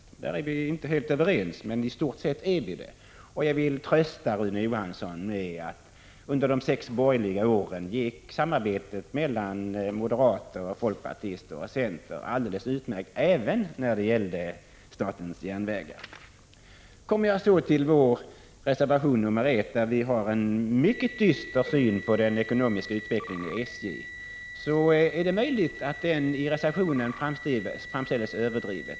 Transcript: På den punkten är vi alltså inte helt överens, meni stort sett är vi det ändå. Jag vill trösta Rune Johansson med att säga: Under de sex borgerliga åren gick samarbetet mellan moderaterna, folkpartiet och centern alldeles utmärkt även när det gällde SJ. Så kommer jag till vår reservation 1, där vi har en mycket dyster syn på den ekonomiska utvecklingen inom SJ. Det är möjligt att den i reservationen = Prot. 1985/86:142 framställs överdrivet.